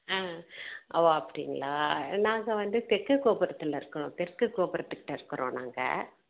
ஆ ஓ அப்படிங்களா நாங்கள் வந்து தெற்க கோபுரத்தில் இருக்கோம் தெற்கு கோபுரத்துக்கிட்டே இருக்கிறோம் நாங்கள்